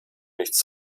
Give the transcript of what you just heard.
nichts